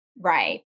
Right